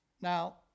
Now